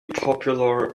popular